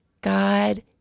God